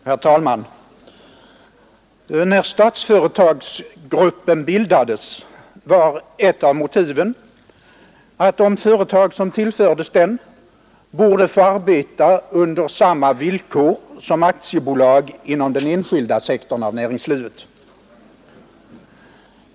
Herr talman! När statsföretagsgruppen bildades var ett av motiven att de företag som tillfördes denna grupp borde få arbeta under samma villkor som aktiebolag inom den enskilda sektorn av näringslivet.